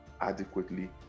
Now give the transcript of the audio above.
adequately